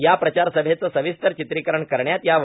याप्रचार सभेचे सविस्तर चित्रिकरण करण्यात यावे